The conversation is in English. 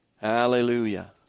Hallelujah